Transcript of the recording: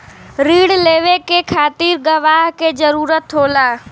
रिण लेवे के खातिर गवाह के जरूरत होला